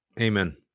Amen